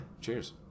cheers